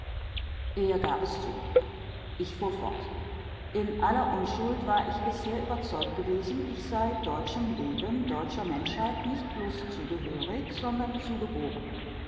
er gab es zu ich fuhr fort in aller unschuld war ich bisher überzeugt gewesen ich sei deutschem leben deutscher menschheit nicht bloß zugehörig sondern zugeboren